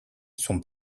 son